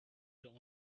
could